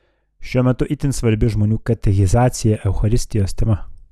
šiuo metu itin svarbi žmonių katechizacija eucharistijos tema